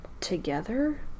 together